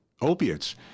opiates